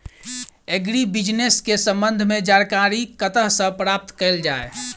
Agri business केँ संबंध मे जानकारी कतह सऽ प्राप्त कैल जाए?